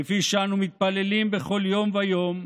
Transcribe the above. כפי שאנו מתפללים בכל יום ויום,